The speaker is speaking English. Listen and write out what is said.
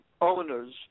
owners